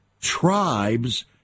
tribes